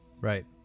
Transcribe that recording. Right